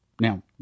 Now